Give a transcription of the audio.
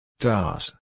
Stars